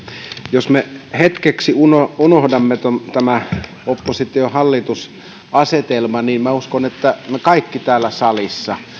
jos me hetkeksi unohdamme tämän oppositio hallitus asetelman niin minä uskon että me kaikki täällä salissa